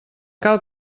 cal